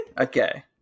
Okay